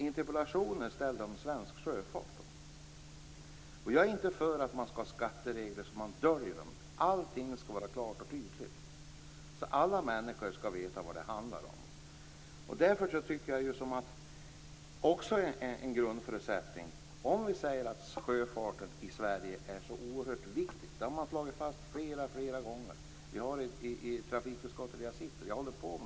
Interpellationen gäller svensk sjöfart. Jag är inte för skatteregler som döljer något. Allting skall vara klart och tydligt, så att alla människor vet vad det handlar om. En grundförutsättning är att sjöfarten i Sverige är oerhört viktig. Det har slagits fast flera gånger bl.a. i trafikutskottet som jag sitter i.